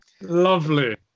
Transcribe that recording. Lovely